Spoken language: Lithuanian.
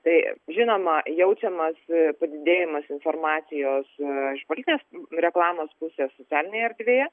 tai žinoma jaučiamas padidėjimas informacijos iš politinės reklamos pusės socialinėje erdvėje